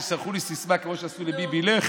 כי שלחו לי סיסמה כמו שעשו לביבי: לך.